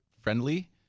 friendly